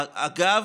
אגב,